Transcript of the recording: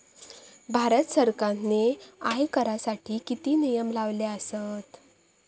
भारत सरकारने आयकरासाठी किती नियम लावले आसत?